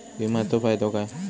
विमाचो फायदो काय?